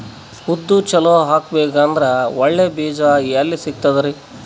ಉದ್ದು ಚಲೋ ಆಗಬೇಕಂದ್ರೆ ಒಳ್ಳೆ ಬೀಜ ಎಲ್ ಸಿಗತದರೀ?